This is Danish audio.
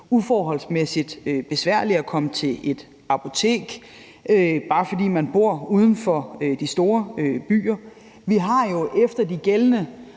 uforholdsmæssigt besværligt at komme til et apotek, bare fordi man bor uden for de store byer. Vi har jo efter de gældende